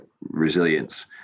resilience